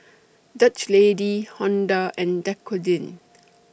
Dutch Lady Honda and Dequadin